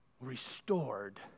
Restored